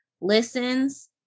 listens